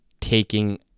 taking